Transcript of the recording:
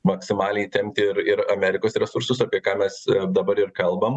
maksimaliai įtempti ir ir amerikos resursus apie ką mes dabar ir kalbam